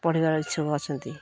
ପଢ଼ିବାର ଇଚ୍ଛୁକ ଅଛନ୍ତି